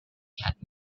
had